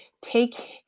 take